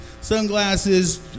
sunglasses